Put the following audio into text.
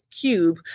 cube